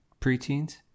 preteens